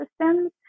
systems